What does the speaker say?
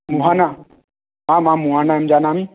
मोहाना आम् आम् मोहाना अहं जानामि